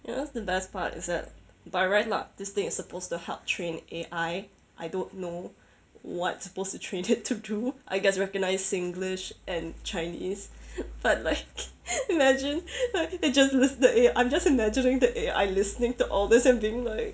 you know what's the best part is that by right lah this thing is supposed to help train A_I I don't know what it's supposed to train it to do I guess recognise singlish and chinese but like imagine like it just listen the A_I I'm just imagining the A_I listening to all this and being like